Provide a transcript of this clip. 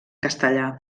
castellà